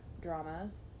dramas